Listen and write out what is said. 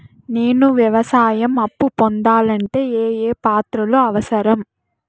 నేను వ్యవసాయం అప్పు పొందాలంటే ఏ ఏ పత్రాలు అవసరం?